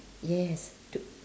yes